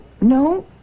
no